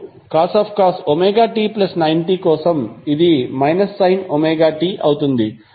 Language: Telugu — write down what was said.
ఇప్పుడు cos ωt90 కోసం ఇది sin ωt అవుతుంది